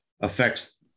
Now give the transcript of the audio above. affects